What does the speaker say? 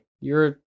You're-